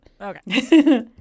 okay